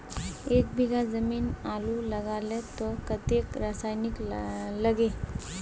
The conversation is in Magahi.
एक बीघा जमीन आलू लगाले तो कतेक रासायनिक लगे?